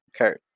Okay